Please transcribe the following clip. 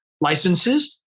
licenses